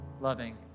loving